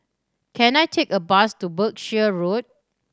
can I take a bus to Berkshire Road